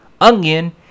onion